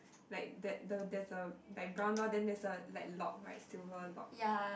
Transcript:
like that the there's a like brown door then there's a like lock like silver lock